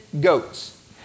goats